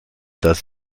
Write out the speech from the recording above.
das